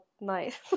nice